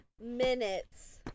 minutes